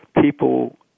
people